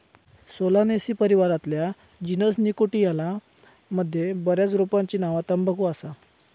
Solanaceae परिवारातल्या genus Nicotiana मध्ये बऱ्याच रोपांची नावा तंबाखू असा